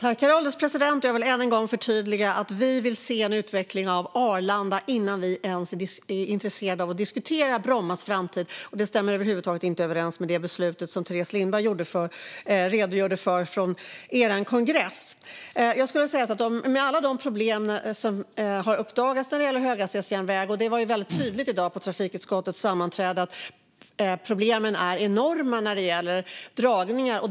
Herr ålderspresident! Jag vill än en gång förtydliga att vi vill se en utveckling av Arlanda innan vi ens är intresserade av att diskutera Bromma flygplats framtid. Det stämmer över huvud taget inte överens med det beslut på Socialdemokraternas kongress som Teres Lindberg redogjorde för. Det har uppdagats problem när det gäller höghastighetsjärnvägen. På trafikutskottets sammanträde i dag var det tydligt att problemen är enorma när det gäller dragningar.